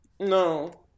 No